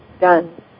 done